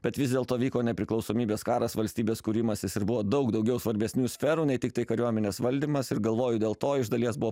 bet vis dėlto vyko nepriklausomybės karas valstybės kūrimasis ir buvo daug daugiau svarbesnių sferų nei tiktai kariuomenės valdymas ir galvoju dėl to iš dalies buvo